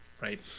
right